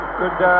good